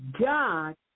God